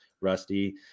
rusty